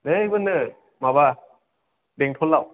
नै बेवनो माबा बेंथ'लाव